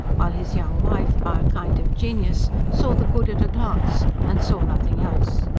while his young wife, by a kind of genius, saw the good at a glance and saw nothing else.